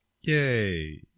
Yay